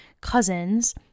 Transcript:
cousins